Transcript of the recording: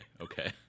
Okay